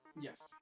Yes